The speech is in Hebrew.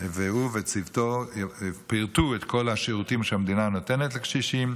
והוא וצוותו פירטו את כל השירותים שהמדינה נותנת לקשישים.